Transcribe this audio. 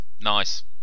Nice